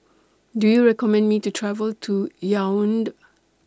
Do YOU recommend Me to travel to Yaounde